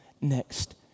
next